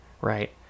right